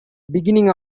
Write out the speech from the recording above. beginning